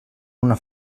una